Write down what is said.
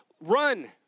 Run